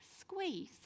squeeze